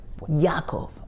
yaakov